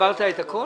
הסברת את הכול?